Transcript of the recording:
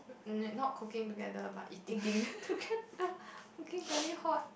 um not cooking together but eating together cooking very hot